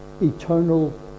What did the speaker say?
eternal